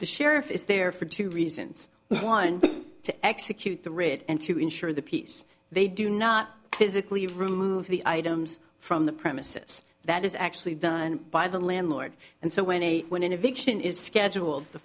the sheriff is there for two reasons one to execute the writ and to ensure the peace they do not physically remove the items from the premises that is actually done by the landlord and so when they when an eviction is scheduled the